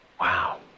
wow